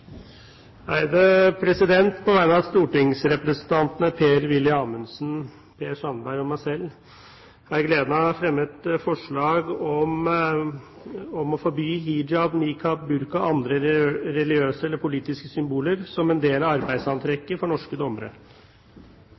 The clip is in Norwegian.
et representantforslag. På vegne av stortingsrepresentantene Per-Willy Amundsen, Per Sandberg og meg selv har jeg gleden av å fremme et forslag om å forby hijab, niqab, burka og andre religiøse eller politiske symboler som del av arbeidsantrekk for norske dommere.